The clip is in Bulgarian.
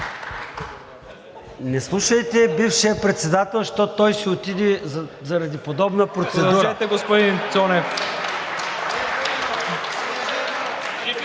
Не слушайте бившия председател, защото той си отиде заради подобна процедура.